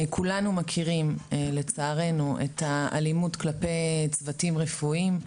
כולנו מכירים לצערנו את האלימות כלפי צוותים רפואיים,